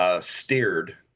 steered